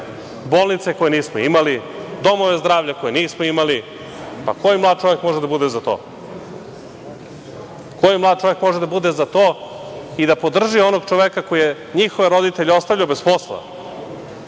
bolnice koje nismo imali, domove zdravlja koje nismo imali? Pa, koji mlad čovek može da bude za to? Koji mlad čovek može da bude za to i da podrži onog čoveka koji je njihove roditelje ostavljao bez posla,